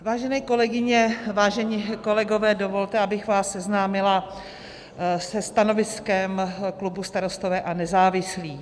Vážené kolegyně, vážení kolegové, dovolte, abych vás seznámila se stanoviskem klubu Starostové a nezávislí.